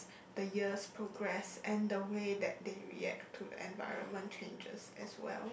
the years progress and the way that they react to the environment changes as well